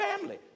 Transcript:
family